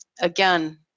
Again